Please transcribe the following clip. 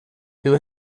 who